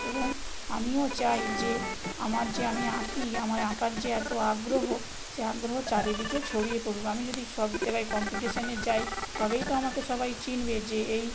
এবং আমিও চাই যে আমার যে আমি আঁকি আমার আঁকার যে এতো আগ্রহ সে আগ্রহ চারিদিকে ছড়িয়ে পড়ুক আমি যদি সব জায়গায় কম্পিটিশানে যাই তবেই তো আমাকে সবাই চিনবে যে এই